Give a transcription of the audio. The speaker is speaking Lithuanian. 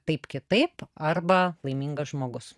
taip kitaip arba laimingas žmogus